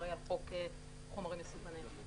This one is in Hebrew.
שאחראי על חוק חומרים מסוכנים.